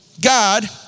God